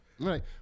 Right